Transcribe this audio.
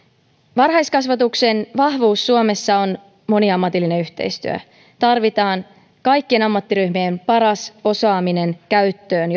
varhaiskasvatuksen vahvuus suomessa on moniammatillinen yhteistyö tarvitaan kaikkien ammattiryhmien paras osaaminen käyttöön